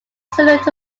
similar